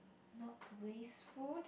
not to waste food